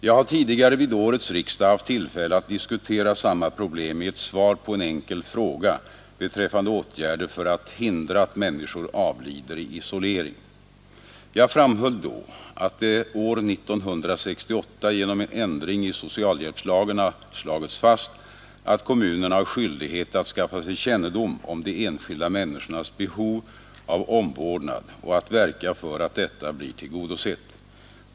Jag har tidigare vid årets riksdag haft tillfälle att diskutera samma problem i ett svar på en enkel fråga beträffande åtgärder för att hindra att människor avlider i isolering. Jag framhöll då att det år 1968 genom en ändring i socialhjälpslagen har slagits fast, att kommunerna har skyldighet att skaffa sig kännedom om de enskilda människornas behov av omvårdnad och att verka för att detta blir tillgodosett.